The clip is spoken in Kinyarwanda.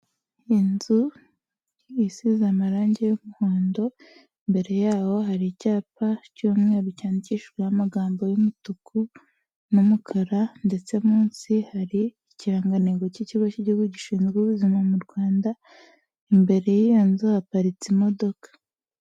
Inzu isize amarangi y'umuhondo, imbere yaho hari icyapa cy'umweru cyandikishijweho amagambo y'umutuku n'umukara ndetse munsi hari ikirangantego cy'Ikigo cy'Igihugu Gishinzwe Ubuzima mu Rwanda, imbere y'iyo nzu haparitse imodoka.